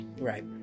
Right